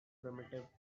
primitive